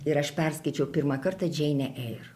ir aš perskaičiau pirmą kartą džeinė eir